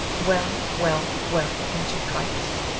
well, well, well, answered gryphus.